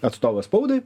atstovas spaudai